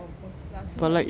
我 have license 干嘛